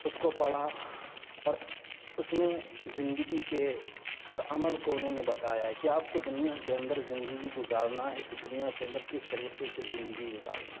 اس کو پڑھا اور اس میں زندگی کے ہر عمل کو انہوں نے بتایا ہے کہ آپ کو دنیا کے اندر زندگی گزارنا ہے تو دنیا کے اندر کس طریقے سے زندگی گزارنا ہے